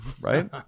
Right